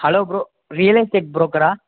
hello bro real estate புரோக்கரா